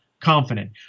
confident